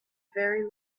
very